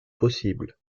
possible